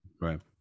right